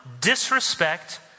disrespect